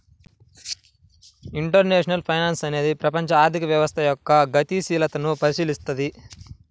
international finance అనేది ప్రపంచ ఆర్థిక వ్యవస్థ యొక్క గతిశీలతను పరిశీలిత్తది